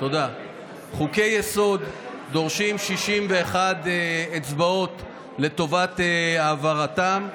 חוקי-יסוד דורשים 61 אצבעות לטובת העברתם.